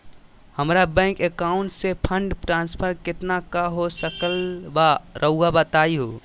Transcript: हमरा bank account से fund transfer कितना का हो सकल बा रुआ बताई तो?